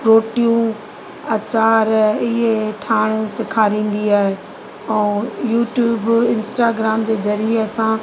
रोटियूं अचार इहे ठाहिणु सेखारींदी आहे ऐं यूट्यूब इंस्टाग्राम जे ज़रिए असां